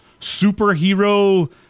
superhero